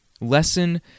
Lesson